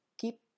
keep